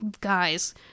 guys